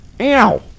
Ow